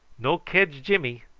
no kedge jimmy.